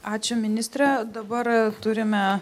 ačiū ministre dabar turime